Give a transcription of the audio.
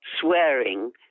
swearing